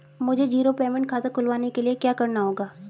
मुझे zero payment खाता खुलवाने के लिए क्या करना होगा?